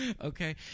okay